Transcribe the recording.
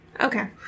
Okay